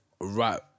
right